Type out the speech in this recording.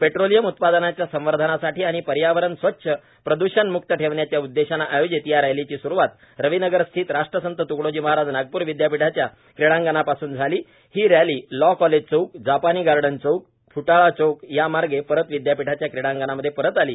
petroleum उत्पा दनाच्याल संवर्धनासाठी आणि पर्यावरण स्वच्छ प्रद्षण म्क्ता ठेवण्याच्या उद्देशाने आयोजित या रैलीची स्रवात रवी नगर स्थित राष्ट्रसंत तुकडोजी महाराज नागप्र विदयापीठाच्या क्रीडागणांपासून झाली आणि ही रॅली लॉ कॉलेज चौक जापानी गार्डेन चौक फ्टाला चौक यामार्गे परत विद्यापीठाच्या क्रीडागणांमध्ये परत आली